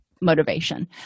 motivation